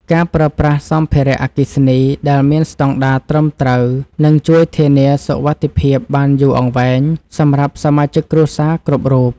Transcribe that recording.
ការប្រើប្រាស់សម្ភារៈអគ្គិសនីដែលមានស្តង់ដារត្រឹមត្រូវនឹងជួយធានាសុវត្ថិភាពបានយូរអង្វែងសម្រាប់សមាជិកគ្រួសារគ្រប់រូប។